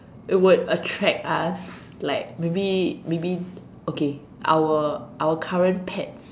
it would attract us like maybe maybe okay our our current pets